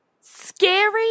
scary